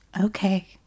Okay